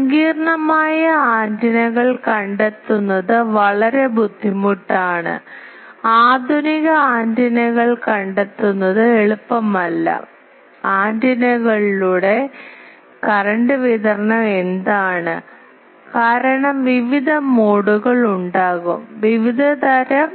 സങ്കീർണ്ണമായ ആന്റിനകൾ കണ്ടെത്തുന്നത് വളരെ ബുദ്ധിമുട്ടാണ് ആധുനിക ആന്റിനകൾ കണ്ടെത്തുന്നത് എളുപ്പമല്ല ആന്റിനകളിലൂടെ കറന്റ് വിതരണം എന്താണ് കാരണം വിവിധ മോഡുകൾ ഉണ്ടാകും വിവിധതരം